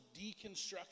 deconstruction